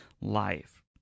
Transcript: life